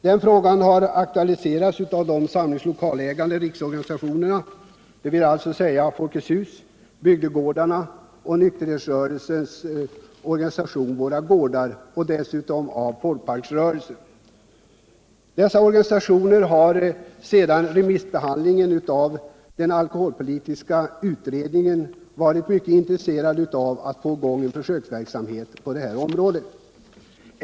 Den frågan har aktualiserats av de samlingslokalägande riksorganisationerna — dvs. Folkets hus, bygdegårdarna och nykterhetsrörelsens organisation Våra gårdar — samt dessutom av folkparksrörelsen. Dessa organisationer har sedan remissbehandlingen av den alkoholpolitiska utredningens betänkande kommit varit mycket intresserade av att få i gång en försöksverksamhet på detta område.